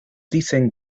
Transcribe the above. dicen